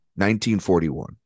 1941